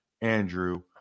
Andrew